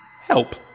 help